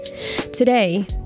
Today